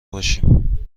باشیم